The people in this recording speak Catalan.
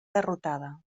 derrotada